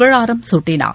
ழாரம் குட்டினார்